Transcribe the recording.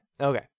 okay